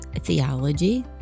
theology